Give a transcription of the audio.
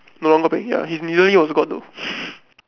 no longer playing ya his nearly also got though